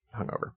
hungover